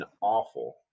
awful